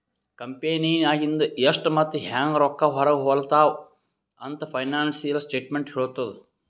ಕಂಪೆನಿನಾಗಿಂದು ಎಷ್ಟ್ ಮತ್ತ ಹ್ಯಾಂಗ್ ರೊಕ್ಕಾ ಹೊರಾಗ ಹೊಲುತಾವ ಅಂತ್ ಫೈನಾನ್ಸಿಯಲ್ ಸ್ಟೇಟ್ಮೆಂಟ್ ಹೆಳ್ತುದ್